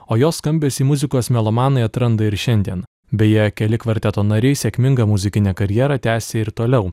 o jos skambesį muzikos melomanai atranda ir šiandien beje keli kvarteto nariai sėkmingą muzikinę karjerą tęsia ir toliau